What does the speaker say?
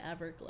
Everglow